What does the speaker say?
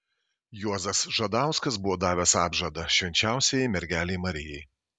juozas žadauskas buvo davęs apžadą švenčiausiajai mergelei marijai